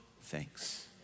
thanks